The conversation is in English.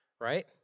right